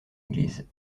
église